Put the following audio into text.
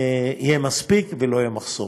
יהיה מספיק, ולא יהיה מחסור.